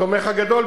התומך הגדול,